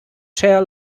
chair